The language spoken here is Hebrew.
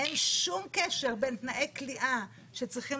אין שום קשר בין תנאי כליאה שצריכים